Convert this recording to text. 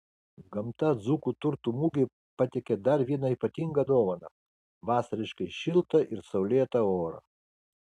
gamta dzūkų turtų mugei pateikė dar vieną ypatingą dovaną vasariškai šiltą ir saulėtą orą